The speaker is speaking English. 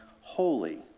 holy